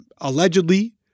Allegedly